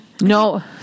No